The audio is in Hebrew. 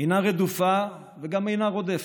אינה רדופה, וגם אינה רודפת,